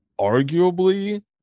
arguably